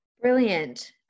Brilliant